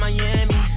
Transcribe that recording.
Miami